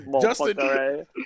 Justin